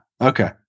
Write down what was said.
Okay